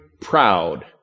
proud